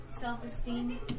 self-esteem